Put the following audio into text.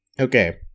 Okay